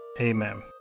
Amen